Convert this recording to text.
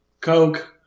coke